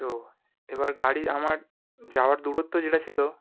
তো এবার গাড়ি আমার যাওয়ার দূরত্ব যেটা ছিল